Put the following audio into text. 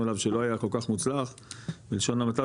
אליו שלא היה כל כך מוצלח בלשון המעטה,